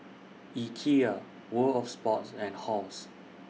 Ikea World of Sports and Halls